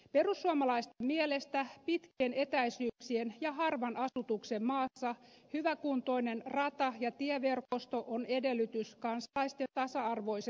perussuomalaisten mielestä pitkien etäisyyksien ja harvan asutuksen maassa hyväkuntoinen rata ja tieverkosto on edellytys kansalaisten tasa arvoiselle kohtelulle